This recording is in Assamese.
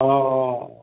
অঁ অঁ